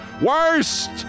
worst